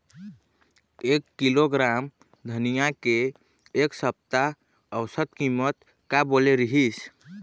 एक किलोग्राम धनिया के एक सप्ता औसत कीमत का बोले रीहिस?